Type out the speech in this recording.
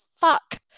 fuck